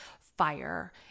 fire